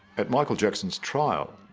at michael jackson's trial